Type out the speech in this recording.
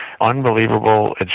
unbelievable